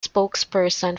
spokesperson